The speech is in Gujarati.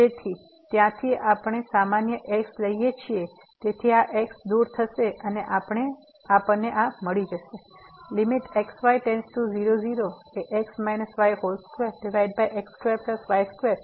તેથી ત્યાંથી આપણે સામાન્ય x લઈએ છીએ તેથી આ x દૂર થશે અને આપણને આ મળી જશે x y2x2y2 1 m21m2 x મુક્ત